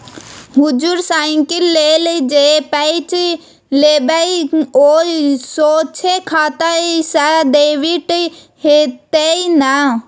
हुजुर साइकिल लेल जे पैंच लेबय ओ सोझे खाता सँ डेबिट हेतेय न